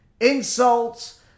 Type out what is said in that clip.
insults